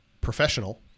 professional